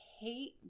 hate